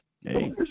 hey